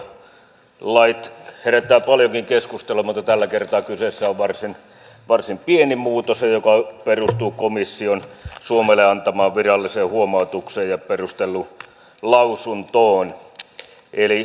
yleensähän nämä autoverolait herättävät paljonkin keskustelua mutta tällä kertaa kyseessä on varsin pieni muutos joka perustuu komission suomelle antamaan viralliseen huomautukseen ja perustelulausuntoon